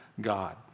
God